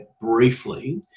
briefly